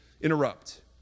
interrupt